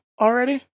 already